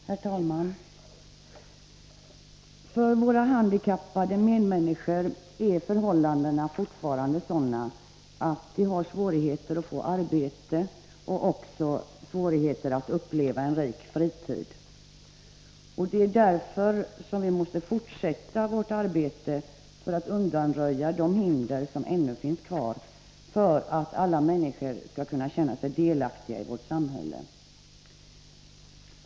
Herr talman! För våra handikappade medmänniskor är förhållandena fortfarande sådana att de har svårigheter att få arbete och att uppleva en rik fritid. Det är därför som vi måste fortsätta vårt arbete för att undanröja de hinder som ännu finns kvar för att alla människor skall kunna känna sig delaktiga i vårt samhälle.